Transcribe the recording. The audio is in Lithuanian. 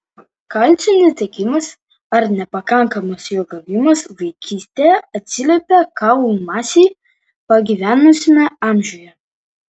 kalcio netekimas ar nepakankamas jo gavimas vaikystėje atsiliepia kaulų masei pagyvenusiame amžiuje